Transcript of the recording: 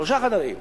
שלושה חדרים,